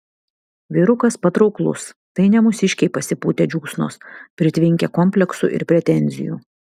vyrukas patrauklus tai ne mūsiškiai pasipūtę džiūsnos pritvinkę kompleksų ir pretenzijų